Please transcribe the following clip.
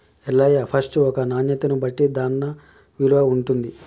Ellaiah first ఒక నాణ్యతను బట్టి దాన్న విలువ ఉంటుంది